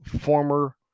former